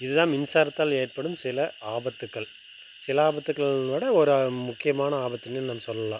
இதுதான் மின்சாரத்தால் ஏற்படும் சில ஆபத்துக்கள் சில ஆபத்துக்கள்ங்கிறதை விட ஒரு முக்கியமான ஆபத்துனே நம்ம சொல்லலாம்